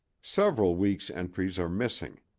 several weeks' entries are missing,